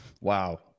Wow